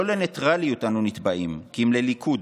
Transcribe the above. "לא לניטרליות אנו נתבעים כי אם לליכוד,